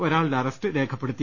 ഒരാളുടെ അറസ്റ്റ് രേഖപ്പെടുത്തി